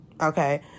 okay